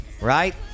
Right